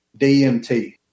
DMT